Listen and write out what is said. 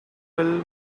will